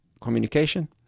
communication